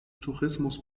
tourismus